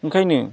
ओंखायनो